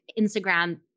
Instagram